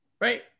Right